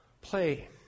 play